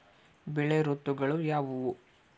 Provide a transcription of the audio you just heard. ಬೆಳೆ ಋತುಗಳು ಯಾವ್ಯಾವು?